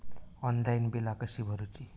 Online बिला कशी भरूची?